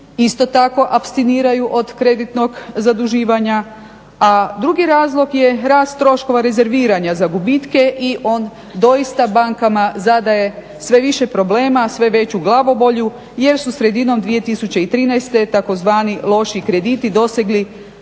isto tako apstiniraju od kreditnog zaduživanja. A drugi razlog je rast troškova rezerviranja za gubitke i on doista bankama zadaje sve više problema, sve veću glavobolju jer su sredinom 2013.tzv.loši krediti dosegli